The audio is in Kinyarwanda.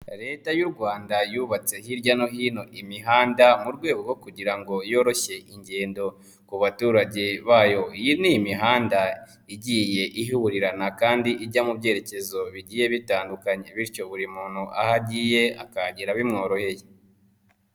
Leta y'u Rwanda yubatse hirya no hino imihanda mu rwego rwo kugira ngo yororoshye ingendo ku baturage bayo. Iyi ni imihanda igiye ihurirana kandi ijya mu byerekezo bigiye bitandukanye bityo buri muntu aho agiye akahagera bimworoheye.